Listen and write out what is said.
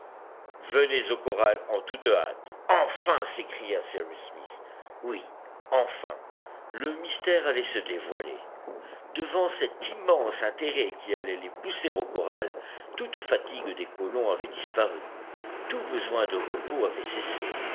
venez au corral en toute hâte enfin s'écria cyrus smith oui enfin le mystère allait se dévoiler devant cet immense intérêt qui allait les pousser au corral toute fatigue des colons avait disparu tout besoin de repos avait cessé